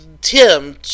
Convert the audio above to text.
Tim